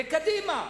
בקדימה,